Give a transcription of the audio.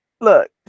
Look